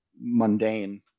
mundane